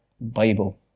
Bible